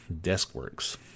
Deskworks